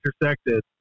intersected